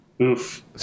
Oof